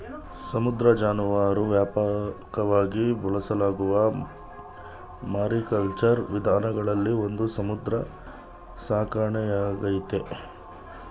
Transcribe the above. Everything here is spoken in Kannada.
ಸಮುದ್ರ ಜಾನುವಾರು ವ್ಯಾಪಕವಾಗಿ ಬಳಸಲಾಗುವ ಮಾರಿಕಲ್ಚರ್ ವಿಧಾನಗಳಲ್ಲಿ ಒಂದು ಸಮುದ್ರ ಸಾಕಣೆಯಾಗೈತೆ